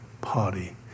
party